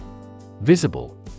Visible